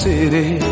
City